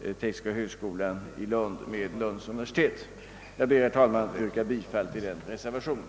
tekniska högskolan i Lund med Lunds universitet. Jag ber, herr talman, att få yrka bifall till den reservationen.